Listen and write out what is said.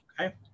Okay